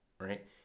Right